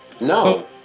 No